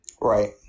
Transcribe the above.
Right